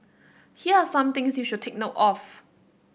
here are some things you should take note of